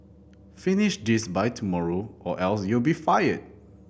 finish this by tomorrow or else you'll be fired